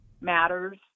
matters